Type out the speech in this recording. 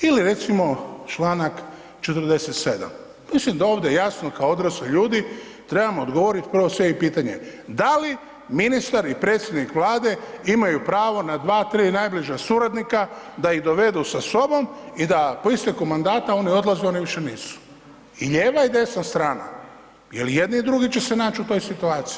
Ili recimo Članak 47., mislim da ovdje jasno odrasli ljudi trebamo odgovorit prvo sebi pitanje, da li ministar i predsjednik vlade imaju pravo na 2, 3 najbliža suradnika da ih dovedu sa sobom i da po isteku mandata oni odlaze oni više nisu i lijeva i desna strana, jer i jedni i drugi će se naći u toj situaciji.